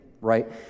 right